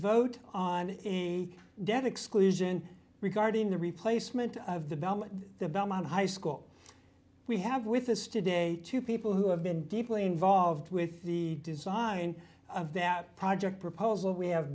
vote on the debt exclusion regarding the replacement of the belmont the belmont high school we have with us today two people who have been deeply involved with the design of that project proposal we have